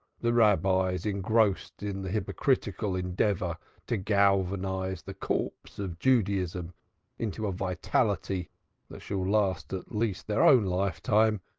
the rabbis engrossed in the hypocritical endeavor to galvanize the corpse of judaism into a vitality that shall last at least their own lifetime,